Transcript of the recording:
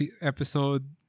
episode